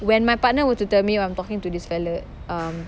when my partner were to tell me oh I'm talking to this fella um